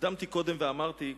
הקדמתי קודם ואמרתי,